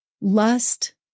lust